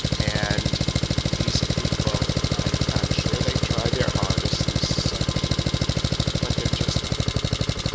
and these people i'm sure they tried their hardest, these cyber security firms, but they're just not reliable.